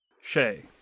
Shay